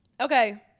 okay